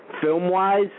film-wise